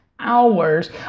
hours